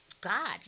God